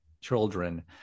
children